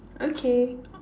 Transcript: okay